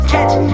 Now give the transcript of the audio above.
Catch